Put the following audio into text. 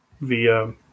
via